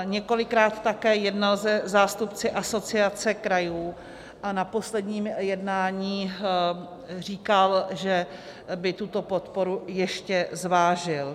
Několikrát také jednal se zástupci Asociace krajů a na posledním jednání říkal, že by tuto podporu ještě zvážil.